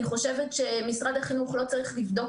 אני חושבת שמשרד החינוך לא צריך לבדוק